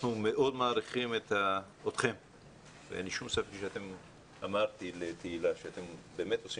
אנחנו מאוד מעריכים אתכם ואמרתי לתהלה שאתם באמת עושים